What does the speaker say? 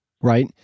Right